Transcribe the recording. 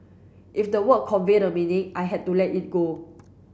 if the word convey the meaning I had to let it go